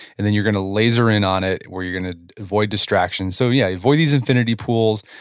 and then you're going to laser in on it, where you're going to avoid distractions. so yeah, avoid these infinity pools,